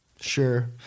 Sure